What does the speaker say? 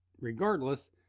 regardless